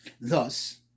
Thus